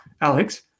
Alex